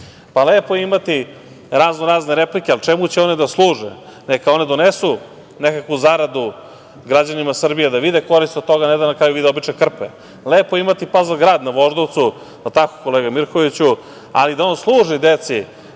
je imati raznorazne replike, ali, čemu će one da služe, neka one donesu nekakvu zaradu građanima Srbije da vide korist od toga, ne da na kraju vide obične krpe. Lepo je imati Pazl grad na Voždovcu, jel tako kolega Mirkoviću, ali da on služi deci